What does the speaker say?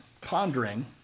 pondering